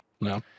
No